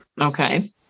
Okay